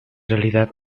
realidad